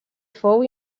fou